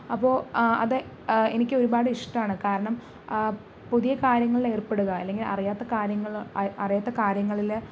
അപ്പോൾ അത് എനിക്ക് ഒരുപാട് ഇഷ്ടമാണ് കാരണം പുതിയ കാര്യങ്ങളിലേർപ്പെടുക അല്ലെങ്കിൽ അറിയാത്ത കാര്യങ്ങൾ അറിയാത്ത കാര്യങ്ങളിൽ